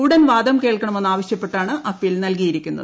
ഉടൻ വാദം ക്കേൾക്കണമെന്ന് ആവശ്യപ്പെട്ടാണ് അപ്പീൽ നൽകിയിരിക്കുന്നത്